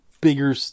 bigger